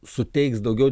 suteiks daugiau